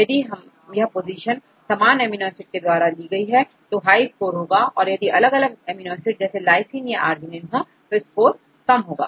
यदि यह पोजीशन समान अमीनो एसिड के द्वारा ली जाती है तो हाई स्कोर होगा यदि अलग अलग अमीनो एसिड जैसे लाइसीन और अर्जिनिन हो तो स्कोर कम होगा